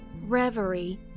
reverie